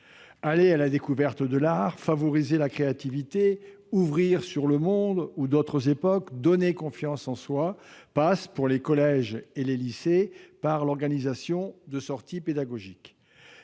Aller à la découverte de l'art, favoriser la créativité, ouvrir sur le monde ou d'autres époques, donner confiance en soi, tout cela passe, pour les collèges et les lycées, par l'organisation de sorties pédagogiques.